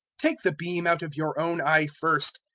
take the beam out of your own eye first,